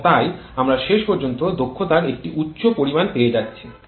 এবং তাই আমরা শেষ পর্যন্ত দক্ষতার একটি উচ্চ পরিমাণ পেয়ে যাচ্ছি